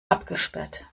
abgesperrt